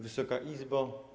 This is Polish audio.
Wysoka Izbo!